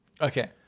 Okay